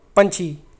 ਪੰਛੀ